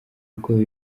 ubwoba